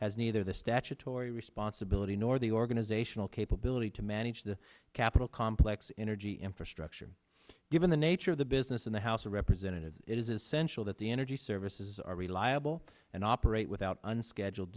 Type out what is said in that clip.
has neither the statutory responsibility nor the organizational capability to manage the capitol complex energy infrastructure given the nature of the business in the house of representatives it is essential that the energy services are reliable and operate without unscheduled